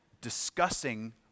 discussing